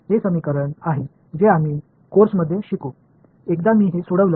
हे समीकरण आहेत जे आम्ही कोर्स मध्ये शिकू एकदा मी हे सोडवलं